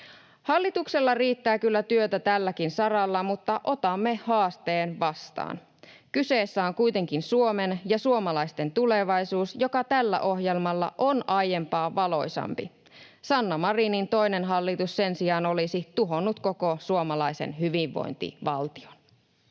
Hallituksella riittää kyllä työtä tälläkin saralla, mutta otamme haasteen vastaan. Kyseessä on kuitenkin Suomen ja suomalaisten tulevaisuus, joka tällä ohjelmalla on aiempaa valoisampi. Sanna Marinin toinen hallitus sen sijaan olisi tuhonnut koko suomalaisen hyvinvointivaltion.